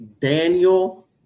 Daniel